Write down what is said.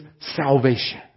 salvation